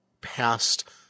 past